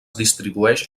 distribueix